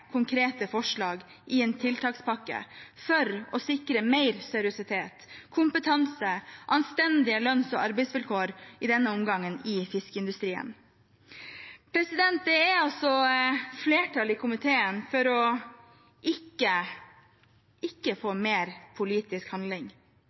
konkrete forslag i en tiltakspakke for å sikre mer seriøsitet, kompetanse og anstendige lønns- og arbeidsvilkår, i denne omgang i fiskeindustrien. Det er altså flertall i komiteen for ikke å få